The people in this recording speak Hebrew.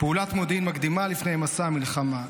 פעולת מודיעין מקדימה לפני מסע המלחמה.